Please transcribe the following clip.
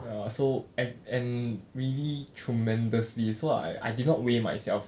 ya so and and really tremendously so I I did not weigh myself